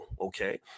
Okay